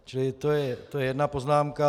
Čili to je jedna poznámka.